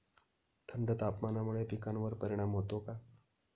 थंड तापमानामुळे पिकांवर परिणाम होतो का?